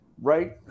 right